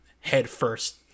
headfirst